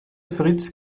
fritz